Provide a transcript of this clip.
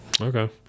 Okay